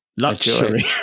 luxury